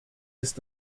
ist